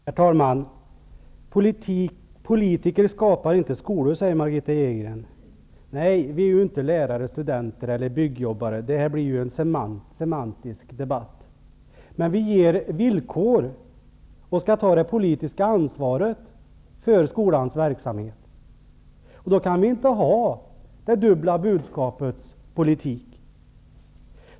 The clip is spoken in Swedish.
Herr talman! Margitta Edgren säger att politiker inte skapar skolor. Nej, vi är inte lärare, studenter eller byggjobbare. Det här blir en semantisk debatt. Men vi ger villkor och tar det politiska ansvaret för skolans verksamhet. Då kan vi inte ha det dubbla budskapets politik.